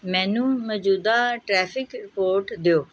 ਮੈਨੂੰ ਮੌਜੂਦਾ traffic report ਦਿਓ